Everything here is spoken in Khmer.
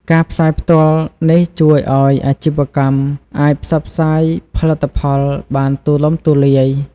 ការ ផ្សាយផ្ទាល់ នេះជួយឱ្យអាជីវកម្មអាចផ្សព្វផ្សាយផលិតផលបានទូលំទូលាយ។